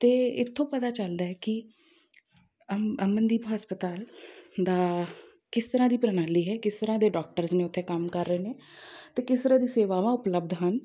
ਅਤੇ ਇੱਥੋਂ ਪਤਾ ਚੱਲਦਾ ਹੈ ਕਿ ਅਮ ਅਮਨਦੀਪ ਹਸਪਤਾਲ ਦਾ ਕਿਸ ਤਰ੍ਹਾਂ ਦੀ ਪ੍ਰਣਾਲੀ ਹੈ ਕਿਸ ਤਰ੍ਹਾਂ ਦੇ ਡੋਕਟਰਸ ਨੇ ਉੱਥੇ ਕੰਮ ਕਰ ਰਹੇ ਨੇ ਅਤੇ ਕਿਸ ਤਰ੍ਹਾਂ ਦੀ ਸੇਵਾਵਾਂ ਉਪਲਬਧ ਹਨ